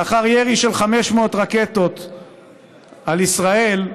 לאחר ירי של 500 רקטות על ישראל,